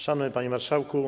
Szanowny Panie Marszałku!